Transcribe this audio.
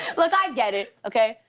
look, i get it, okay?